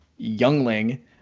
youngling